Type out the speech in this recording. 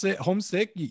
homesick